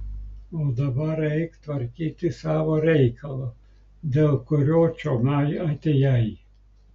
o dabar eik tvarkyti savo reikalo dėl kurio čionai atėjai